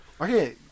okay